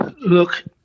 Look